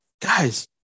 guys